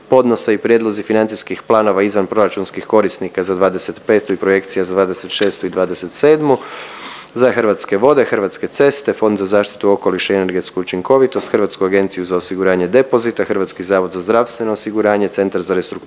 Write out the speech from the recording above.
podnose se i: - Prijedlozi financijskih planova izvanproračunskih korisnika za 2025. godinu i projekcija planova za 2026. i 2027. godinu, za: - Hrvatske vode - Hrvatske ceste d.o.o. - Fond za zaštitu okoliša i energetsku učinkovitost - Hrvatsku agenciju za osiguranje depozita - Hrvatski zavod za zdravstveno osiguranje - Centar za restrukturiranje